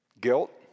Guilt